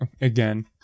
again